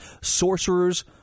sorcerers